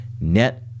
Net